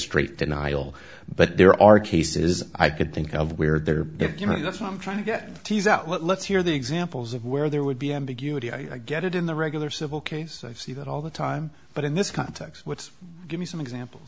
straight denial but there are cases i could think of where there if you know that's what i'm trying to get tease out let's hear the examples of where there would be ambiguity i get it in the regular civil case i see that all the time but in this context what's give me some example